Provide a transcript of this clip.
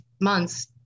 months